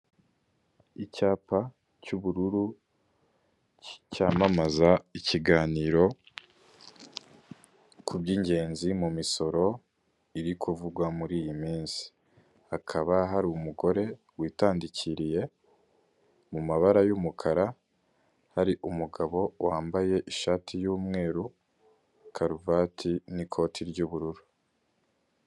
Icyapa cy'ubururu cyamamaza ikiganiro kubyingezi mu imisoro iri kuvugwa muri iyi minsi, hakaba hari umugore bitandikiriye mu amabara y'umukara hari umugabo wambaye ishati y'umweru karuvati n'ikote ry'ubururu.